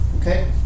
Okay